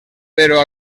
però